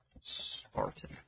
Spartan